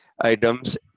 items